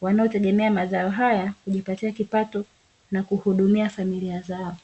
wanaotegemea mazao haya kujipatia kipato na kuhudumia familia zao.